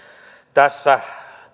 tässä